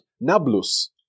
Nablus